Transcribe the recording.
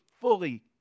fully